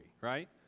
right